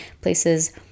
places